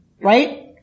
right